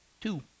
Two